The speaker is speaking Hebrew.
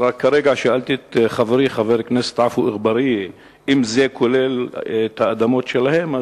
כרגע שאלתי את חברי חבר הכנסת עפו אגבאריה אם זה כולל את האדמות שלהם,